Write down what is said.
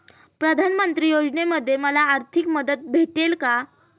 प्रधानमंत्री योजनेमध्ये मला आर्थिक मदत भेटेल का?